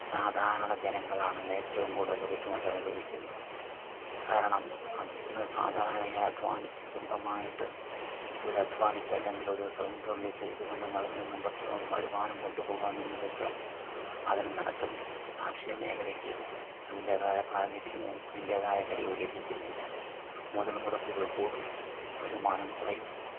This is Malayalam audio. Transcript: സാധാരണ ജനങ്ങളാണിന്നേറ്റവും കൂടുതൽ ബുദ്ധിമുട്ടനുഭവിക്കുന്നത് കാരണം അത് ന്ന് സാധാരണയായി അധ്വാനിച്ച് സ്വന്തമായിട്ട് ഒരു അധ്വാനിച്ചല്ലെങ്കിലൊരു സ്വയം തൊഴില് ചെയ്ത് അല്ലെങ്കിൽ അതിൽനിന്നും പത്ത് വരുമാനം കൊണ്ടുപോകാമെന്ന് വച്ചാൽ അതിനും നടക്കുന്നില്ല കാർഷിക മേഖലയ്ക്ക് അതിൻറ്റേതായ പ്രാതിനിധ്യമോ അതിൻറ്റേതായ വിലയോ ലഭിക്കുന്നില്ല മുതൽമുടക്കുകൾ കൂടുന്നു വരുമാനം കുറയുന്നു